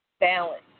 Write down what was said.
balance